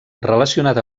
relacionat